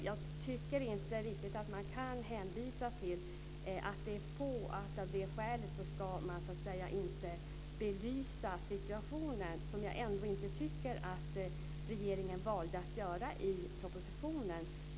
Jag tycker inte riktigt att man kan hänvisa till att det är få barn och att man av det skälet inte belyser situationen, som jag tycker att regeringen har valt att inte göra i propositionen.